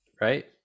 right